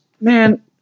man